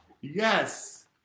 Yes